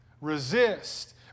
resist